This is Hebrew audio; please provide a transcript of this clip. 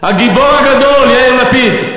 הגיבור הגדול יאיר לפיד,